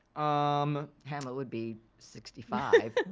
um hamlet would be sixty five,